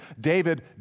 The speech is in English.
David